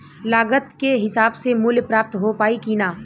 लागत के हिसाब से मूल्य प्राप्त हो पायी की ना?